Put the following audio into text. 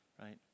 right